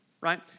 right